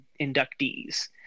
inductees